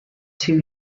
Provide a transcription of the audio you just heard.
two